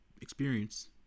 experience